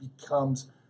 becomes